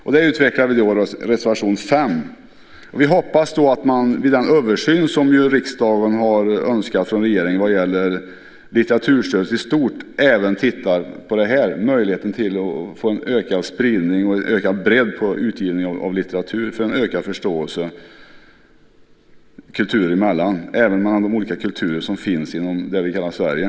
Detta utvecklar vi i reservation 5. Vi hoppas att regeringen i den översyn som riksdagen vill ska göras av litteraturstödet i stort även tittar på möjligheterna till ökad spridning och ökad bredd på utgivningen av litteratur. Det handlar om ökad förståelse kulturer emellan - även mellan de olika kulturer som finns inom det vi kallar Sverige.